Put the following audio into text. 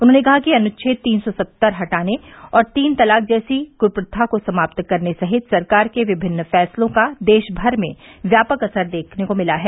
उन्होंने कहा कि अनुच्छेद तीन सौ सत्तर हटाने और तीन तलाक जैसी कृप्रथा को खत्म करने सहित सरकार के विभिन्न फैसलों का देशभर में व्यापक असर देखने को मिला है